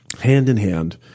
hand-in-hand